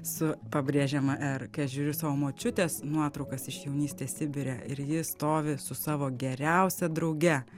su pabrėžiama r kai aš žiūriu savo močiutės nuotraukas iš jaunystės sibire ir ji stovi su savo geriausia drauge